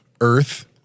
Earth